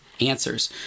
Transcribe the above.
answers